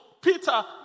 Peter